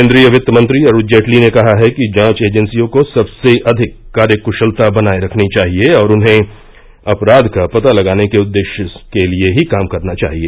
केन्द्रीय वित्त मंत्री अरूण जेटली ने कहा है कि जांच एजेंसियों को सबसे अधिक कार्यक्शलता बनाये रखनी चाहिए और उन्हें अपराध का पता लगाने के उद्देश्य के लिए ही काम करना चाहिए